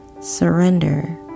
Surrender